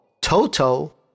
Toto